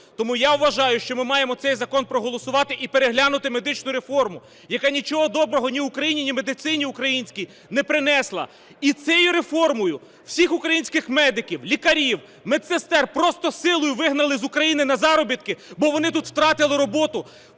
Тому я вважаю, що ми маємо цей закон проголосувати і переглянути медичну реформу, яка нічого доброго ні Україні, ні медицині українській не принесла. І цією реформою всіх українських медиків, лікарів, медсестер просто силою вигнали з України на заробітки, бо вони тут втратили роботу,